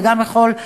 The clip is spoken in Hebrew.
וגם יכול,